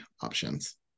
options